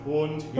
und